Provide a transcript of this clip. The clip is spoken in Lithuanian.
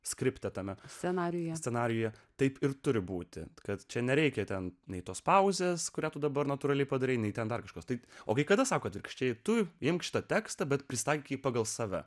skriptą tame scenarijuje scenarijuje taip ir turi būti kad čia nereikia ten nei tos pauzės kurią tu dabar natūraliai padarei nei ten dar kažkas taip o kai kada sako atvirkščiai tu imk šitą tekstą bet prisitaikei pagal save